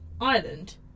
Ireland